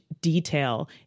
detail